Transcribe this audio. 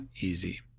easy